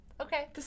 Okay